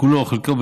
כולו או חלקו,